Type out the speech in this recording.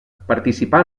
participa